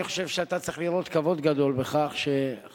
אני חושב שאתה צריך לראות כבוד גדול בכך שחבר